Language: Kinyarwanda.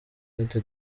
cote